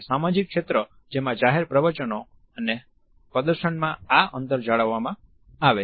સામાજિક ક્ષેત્ર જેમાં જાહેર પ્રવચનો અને પ્રદર્શનમાં આ અંતર જાળવવામાં આવે છે